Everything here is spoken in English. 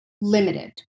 limited